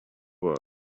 world